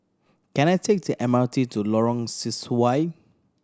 can I take the M R T to Lorong Sesuai